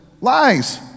lies